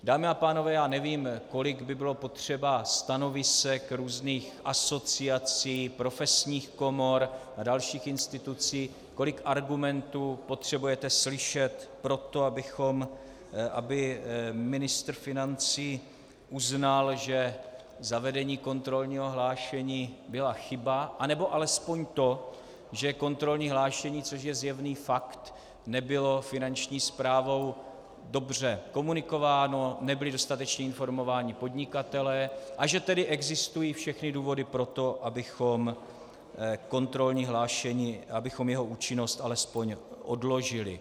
Dámy a pánové, já nevím, kolik by bylo potřeba stanovisek různých asociací, profesních komor a dalších institucí, kolik argumentů potřebujete slyšet pro to, aby ministr financí uznal, že zavedení kontrolního hlášení byla chyba, anebo alespoň to, že kontrolní hlášení, což je zjevný fakt, nebylo Finanční správou dobře komunikováno, nebyli dostatečně informováni podnikatelé, a že tedy existují všechny důvody pro to, abychom kontrolní hlášení, abychom jeho účinnost alespoň odložili.